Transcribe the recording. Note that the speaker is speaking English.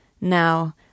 Now